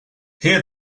here